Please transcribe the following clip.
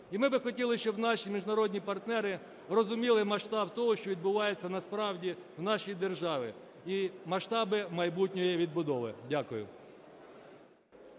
І ми би хотіли, щоб наші міжнародні партнери розуміли масштаб того, що відбувається насправді в нашій державі, і масштаби майбутньої відбудови. Дякую.